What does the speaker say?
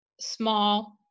small